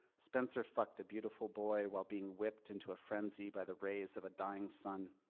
spencer fucked a beautiful boy while being whipped into a frenzy by the rays of a dying sun.